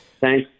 thanks